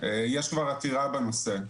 יש כבר עתירה בנושא,